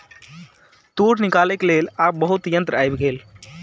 तूर निकालैक लेल आब बहुत यंत्र आइब गेल